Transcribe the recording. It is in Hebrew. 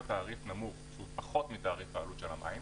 תעריף שהוא פחות מתעריף העלות של המים,